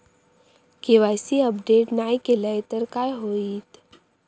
KYC update नाय केलय तर काय होईत?